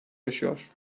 yaşıyor